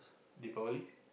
Deepavali